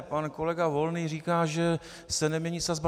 Pan kolega Volný říká, že se nemění sazba.